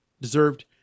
deserved